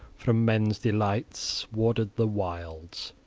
from men's delights warded the wilds.